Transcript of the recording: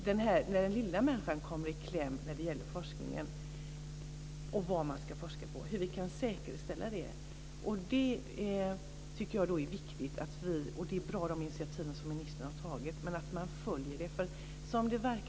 Hur kan vi säkerställa att den lilla människan inte kommer i kläm när det gäller forskningen och vad man ska forska på? Det tycker jag är viktigt att vi uppmärksammar.